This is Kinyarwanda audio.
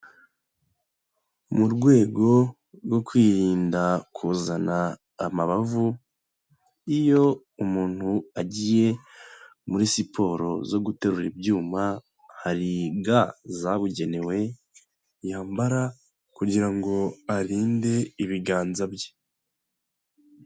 Mu rwego rwo kwirinda kuzana amabavu, iyo umuntu agiye muri siporo zo guterura ibyuma, hari ga zabugenewe yambara, kugirango arinde ibiganza bye.